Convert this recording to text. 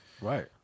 right